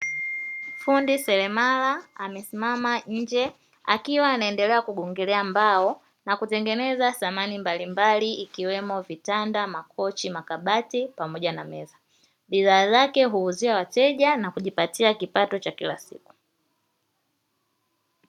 Fundi seremala amesimama nje akiwa anaendelea kugongelea mbao na kutengeneza samani mbalimbali, ikiwemo vitanda, makochi, makabati pamoja na meza. Bidhaa zake huuzia wateja na kujipatia kipato cha kila siku.